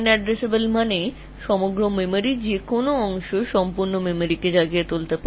অর্থাৎ সেই পুরো মেমোরির যে কোনও অংশই পুরো স্মৃতি ট্রিগার করতে পারে